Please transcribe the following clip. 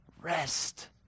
rest